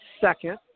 second